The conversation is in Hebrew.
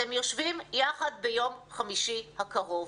אתם יושבים יחד ביום חמישי הקרוב.